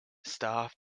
staff